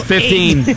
Fifteen